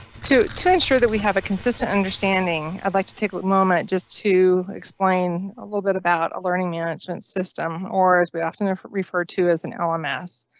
to to ensure that we have a consistent understanding, i'd like to take a moment just to explain a little bit about a learning management system. or, as we often different, referred to as an um lms.